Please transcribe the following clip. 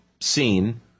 seen